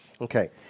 Okay